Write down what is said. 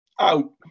out